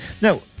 Now